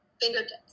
Fingertips